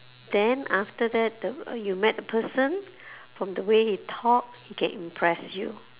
then after that you met the person from the way he talks he can impress you